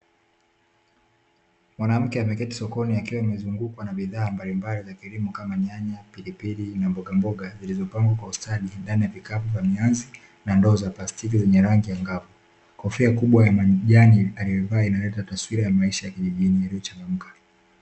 Mwanamke ameketi sokoni akiwa amezungukwa na bidhaa mbalimbali za kilimo kama: nyanya, pilipili na mbogamboga; zilizopangwa kwa ustadi ndani ya vikapu vya mianzi na ndoo za plastiki zenye rangi ya angavu. Kofia kubwa ya majani aliyoivaa inaleta taswira ya maisha ya kijijini yaliyochangamka.